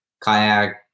kayak